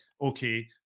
Okay